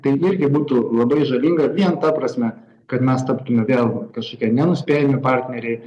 tai irgi būtų labai žalinga vien ta prasme kad mes taptume vėl kažkokie nenuspėjami partneriai